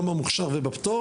גם המוכשר ובפטור